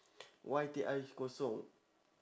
why teh ice kosong